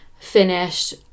finished